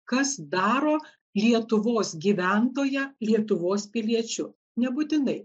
kas daro lietuvos gyventoją lietuvos piliečiu nebūtinai